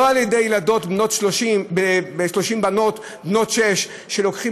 ולא על ידי 30 בנות בְּנות שש שלוקחים